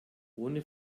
ohne